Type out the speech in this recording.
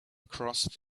across